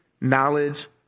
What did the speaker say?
knowledge